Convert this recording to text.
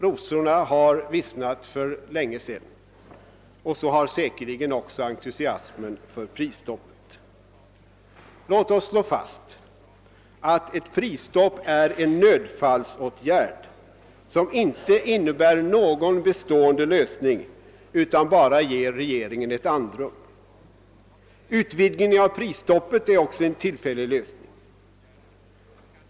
Rosorna har vissnat för länge sedan, och så har säkerligen också entusiasmen för prisstoppet. Låt oss slå fast att ett prisstopp är en nödfallsåtgärd, som inte innebär någon bestående lösning utan bara ger regeringen ett andrum. Utvidgningen av prisstoppet är också en tillfällig lösning.